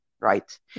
right